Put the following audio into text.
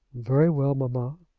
very well, mamma.